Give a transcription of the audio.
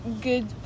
good